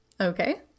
Okay